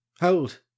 hold